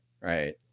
right